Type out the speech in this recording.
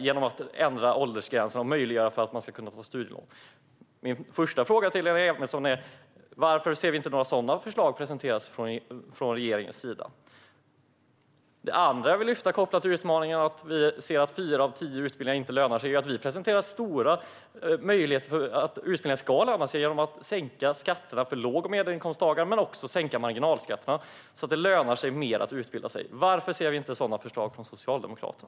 Därför vill vi ändra åldersgränserna för när man kan ta studielån. Min första fråga till Lena Emilsson är: Varför ser vi inte regeringen presentera några sådana förslag? Min andra fråga är kopplad till utmaningen att fyra av tio utbildningar inte lönar sig. Vi presenterar stora förslag för att utbildningar ska löna sig som innebär att skatterna sänks för låg och medelinkomsttagare. Vi vill också sänka marginalskatterna. Då lönar det sig bättre att utbilda sig. Varför ser vi inga sådana förslag från Socialdemokraterna?